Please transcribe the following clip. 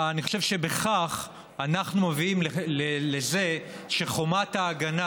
אני חושב שבכך אנחנו מביאים לזה שחומת ההגנה